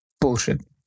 bullshit